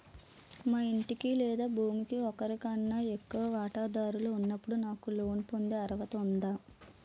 మా ఇంటికి లేదా భూమికి ఒకరికన్నా ఎక్కువ వాటాదారులు ఉన్నప్పుడు నాకు లోన్ పొందే అర్హత ఉందా?